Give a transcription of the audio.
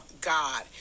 God